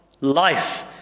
life